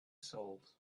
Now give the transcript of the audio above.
souls